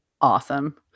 Awesome